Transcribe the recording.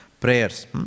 prayers